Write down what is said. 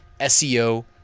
SEO